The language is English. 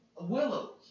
Willows